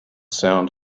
sound